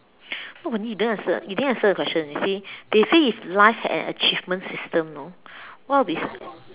no but then you didn't answer you didn't answer the question you see they say if life had an achievement system you know what will be